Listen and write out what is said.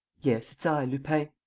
yes, it's i, lupin.